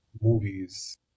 movies